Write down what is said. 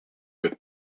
with